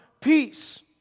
peace